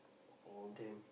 oh damn